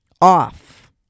off